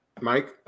Mike